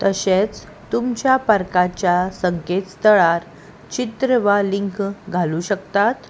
तशेंच तुमच्या पार्काच्या संकेत स्थळार चित्र वा लिंक घालूं शकतात